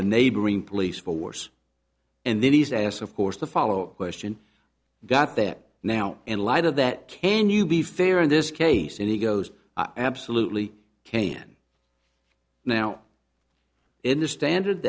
the neighboring police force and then he's asked of course to follow up question got that now in light of that can you be fair in this case and he goes absolutely can now in the standard